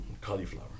cauliflower